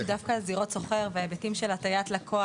שדווקא זירות סוחר וההיבטים של הטעיית לקוח,